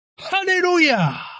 Hallelujah